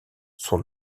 son